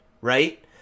right